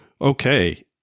okay